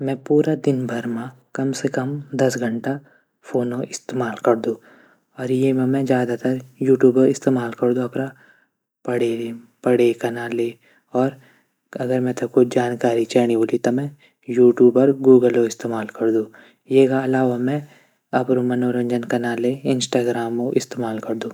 मै पूरा दिनभर मां कम से कम दस घंटा फोन कू इस्तेमाल करदू। अर येमा मी ज्यादातर यूट्यूब इस्तेमाल करदू अपडा पढै कनाले अर अगर मेथे कुछ जानकारी चैणी होली त मै यूट्यूबर गूगल कू इस्तेमाल करदू। एका अलावा मैं अपड मनोरंजन कनाले इंस्टागारम इस्तेमाल करदू।